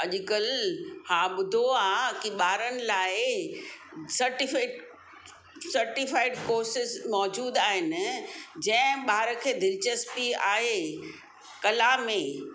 अॼुकल्ह हा ॿुधो आहे की ॿारनि लाइ सर्टीफिट सर्टिफाइड कोर्सेस मौजूद आहिनि जंहिं ॿार खे दिलचस्पी आहे कला में